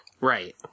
right